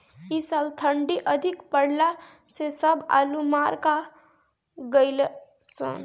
इ साल ठंडी अधिका पड़ला से सब आलू मार खा गइलअ सन